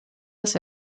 das